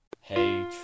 Hey